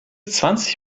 zwanzig